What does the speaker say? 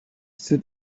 stood